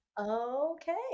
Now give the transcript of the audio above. Okay